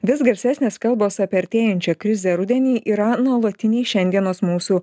vis garsesnės kalbos apie artėjančią krizę rudenį yra nuolatiniai šiandienos mūsų